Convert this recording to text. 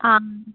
हां